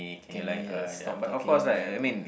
can you just stop talking right